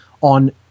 on